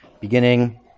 beginning